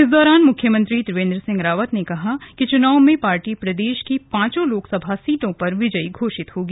इस दौरान मुख्यमंत्री त्रिवेंद्र सिंह रावत ने कहा कि चुनाव में पार्टी प्रदेश की पांचों लोकसभा सीटों पर विजय घोषित होगी